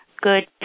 good